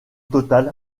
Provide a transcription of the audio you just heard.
total